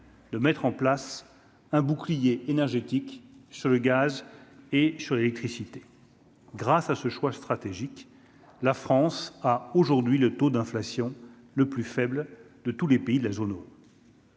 de mettre en place un bouclier énergétique sur le gaz et sur l'électricité grâce à ce choix stratégique, la France a aujourd'hui le taux d'inflation le plus faible de tous les pays de la zone où.